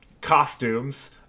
costumes